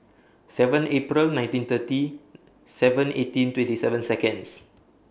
seven April nineteen thirty seven eighteen twenty seven Seconds